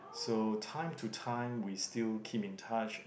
so time to time we still keep in touch